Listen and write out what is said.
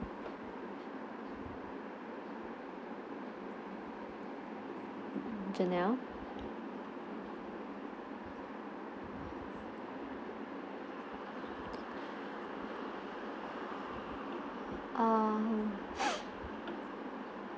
janelle uh